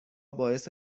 باعث